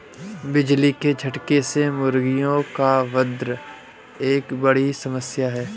बिजली के झटके से मुर्गियों का वध एक बड़ी समस्या है